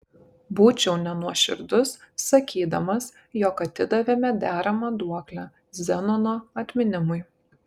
būčiau nenuoširdus sakydamas jog atidavėme deramą duoklę zenono atminimui